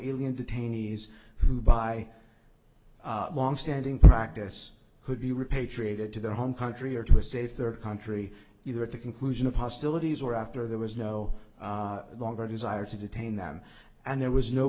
ilian detainees who by longstanding practice could be repatriated to their home country or to a safe their country either at the conclusion of hostilities or after there was no longer a desire to detain them and there was no